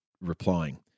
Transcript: replying